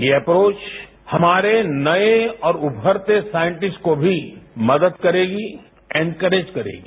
ये ऐप्रोच हमारे नये और उभरते साइंसटिस्ट को भी मदद करेगी एन्करेज करेगी